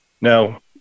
Now